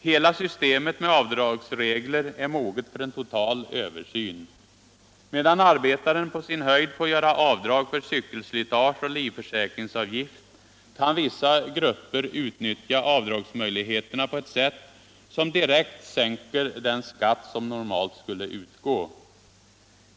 Hela systemet med avdragsregler är moget för en total översyn. Medan arbetaren på sin höjd får göra avdrag för cykelslitage och livförsäkringsavgift kan vissa grupper utnyttja avdragsmöjligheterna på ett sätt som direkt sänker den skatt som normalt skulle utgå.